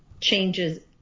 changes